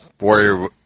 Warrior